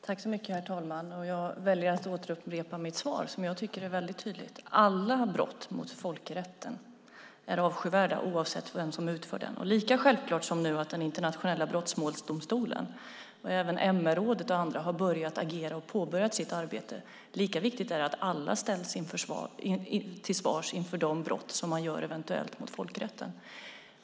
Herr talman! Jag väljer att återupprepa mitt svar som jag tycker är väldigt tydligt: Alla brott mot folkrätten är avskyvärda, oavsett vem som begår dem. Lika självklart och viktigt som att den internationella brottmålsdomstolen och även MR-rådet och andra nu har börjat agera och påbörjat sitt arbete är det att alla ställs till svars för de brott man eventuellt begår mot folkrätten.